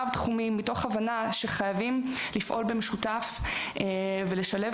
רב-תחומי מתוך הבנה שחייבים לפעול במשותף ולשלב